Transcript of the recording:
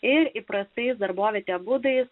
ir įprastais darbovietėje būdais